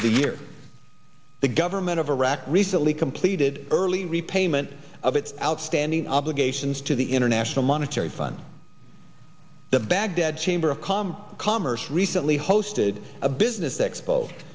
of the year the government of iraq recently completed early repayment of its outstanding obligations to the international monetary fund the baghdad chamber of commerce commerce recently hosted a business